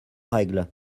règle